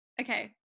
okay